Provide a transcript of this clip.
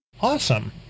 Awesome